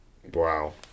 wow